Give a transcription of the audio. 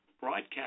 broadcast